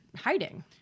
hiding